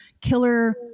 Killer